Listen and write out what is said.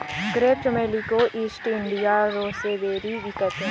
crepe चमेली को East India rose berry भी कहते हैं